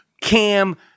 Cam